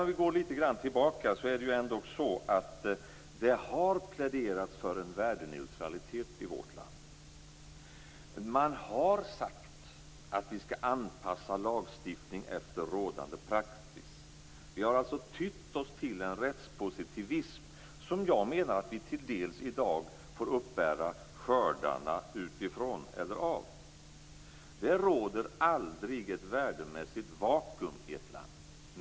Om vi ser tillbaka har det pläderats för en värdeneutralitet i vårt land. Man har sagt att vi skall anpassa lagstiftning efter rådande praxis. Vi har tytt oss till en rättspositivism som jag menar att vi till dels i dag får uppbära skördarna av. Det råder aldrig ett värdemässigt vakuum i ett land.